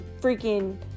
freaking